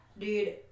Dude